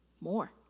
more